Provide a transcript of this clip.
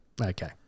Okay